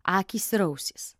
akys ir ausys